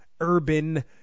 Urban